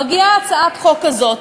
מגיעה הצעת חוק כזאת,